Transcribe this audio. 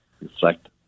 reflect